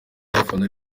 bafana